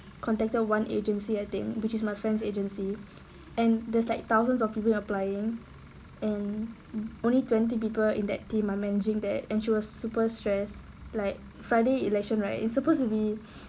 contacted one agency I think which is my friend's agency and there's like thousands of people applying and only twenty people in that team are managing then she was super stress like friday election right it's supposed to be